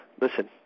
Listen